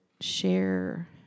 share